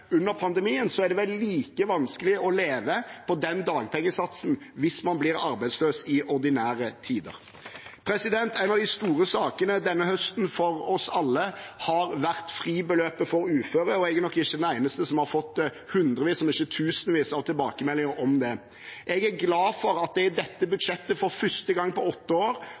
under pandemien, er det vel like vanskelig å leve på den dagpengesatsen hvis man blir arbeidsløs i ordinære tider? En av de store sakene denne høsten for oss alle har vært fribeløpet for uføre, og jeg er nok ikke den eneste som har fått hundrevis – om ikke tusenvis – av tilbakemeldinger om det. Jeg er glad for at det i dette budsjettet for første gang på åtte år